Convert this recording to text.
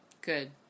Good